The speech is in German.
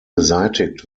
beseitigt